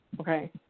Okay